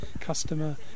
customer